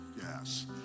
Yes